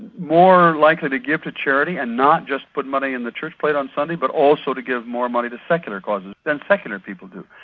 more likely to give to charity and not just put money in the church plate on sunday but also to give more money to secular causes than secular people do.